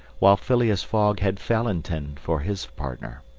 while phileas fogg had fallentin for his partner.